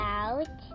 out